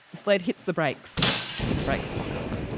the sled hits the brakes and the brakes lock up.